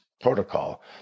protocol